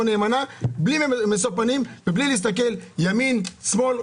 נאמנה בלי משוא פנים ובלי להסתכל אם ימין או שמאל,